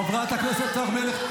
חברת הכנסת הר מלך.